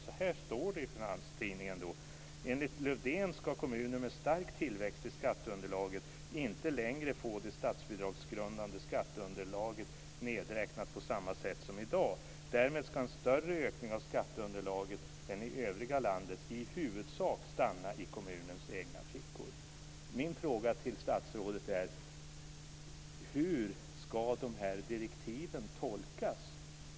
Så här står det i Finanstidningen: "Enligt Lövdén ska kommuner med stark tillväxt i skatteunderlaget inte längre få det statsbidragsgrundande skatteunderlaget nedräknat på samma sätt som idag. Därmed ska en större ökning av skatteunderlaget än i övriga landet i huvudsak stanna i kommunens egna fickor." Min fråga till statsrådet är: Hur ska de här direktiven tolkas?